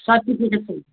certificate